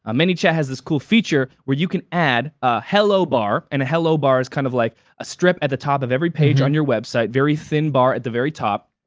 um manychat has this cool feature where you can add a hello bar, and a hello bar is kind of like a strip at the top of every page on your website, very thin bar at the very top.